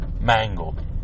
mangled